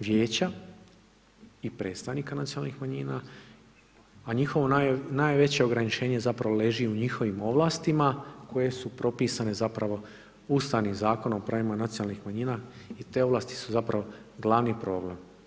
vijeća i predstavnika nacionalnih manjina, a njihovo najveće ograničenje zapravo leži u njihovim ovlastima koje su propisane zapravo Ustavnim zakonom o pravima nacionalnih manjina i te ovlasti su zapravo glavni problem.